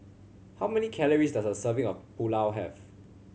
how many calories does a serving of Pulao have